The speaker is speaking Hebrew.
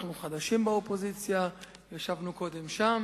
אנחנו חדשים באופוזיציה, ישבנו קודם שם